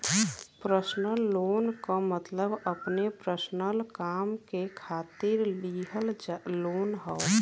personal loan क मतलब अपने पर्सनल काम के खातिर लिहल लोन हौ